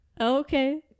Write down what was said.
okay